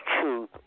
truth